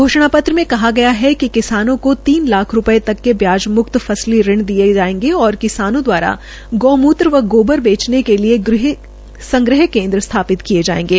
घोषणा पत्र में कहा गया है कि किसानों को तीन लाख रूपये तक के ब्याज मुक्त फसली ऋण दिये जायेंगे और किसानों द्वारा गौर मूत्र व गोबर बेचने के लिए संग्रह केन्द्र स्थापित किये जायेंगे